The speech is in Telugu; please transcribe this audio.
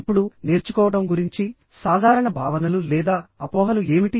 ఇప్పుడు నేర్చుకోవడం గురించి సాధారణ భావనలు లేదా అపోహలు ఏమిటి